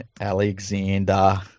Alexander